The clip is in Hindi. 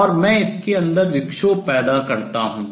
और मैं इसके अंदर विक्षोभ पैदा करता हूँ